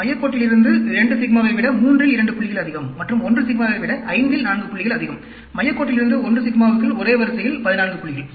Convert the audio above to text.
மையக் கோட்டிலிருந்து 2 சிக்மாவை விட 3 இல் 2 புள்ளிகள் அதிகம் மற்றும் 1 சிக்மாவை விட 5 இல் 4 புள்ளிகள் அதிகம் மையக் கோட்டிலிருந்து 1 சிக்மாவுக்குள் ஒரே வரிசையில் 14 புள்ளிகள்